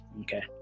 Okay